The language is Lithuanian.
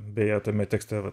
beje tame tekste